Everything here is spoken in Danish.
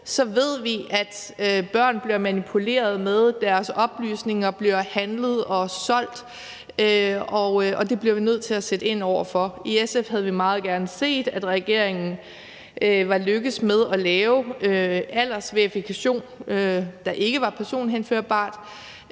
på, ved vi, at børn bliver manipuleret med, og at deres oplysninger bliver handlet og solgt, og det bliver vi nødt til at sætte ind over for. I SF havde vi meget gerne set, at regeringen var lykkedes med at lave aldersverifikation, der ikke var personhenførbar,